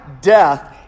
death